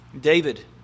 David